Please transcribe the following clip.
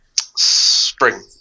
spring